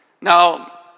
Now